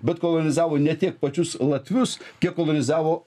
bet kolonizavo ne tiek pačius latvius kiek kolonizavo